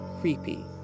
creepy